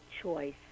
choice